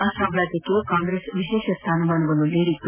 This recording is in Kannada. ಅಸ್ಸಾಂ ರಾಜ್ಲಕ್ಷೆ ಕಾಂಗ್ರೆಸ್ ವಿಶೇಷ ಸ್ವಾನಮಾನವನ್ನು ನೀಡಿತ್ತು